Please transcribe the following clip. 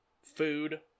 Food